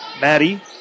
Maddie